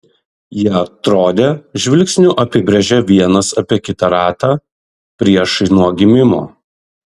jie atrodė žvilgsniu apibrėžią vienas apie kitą ratą priešai nuo gimimo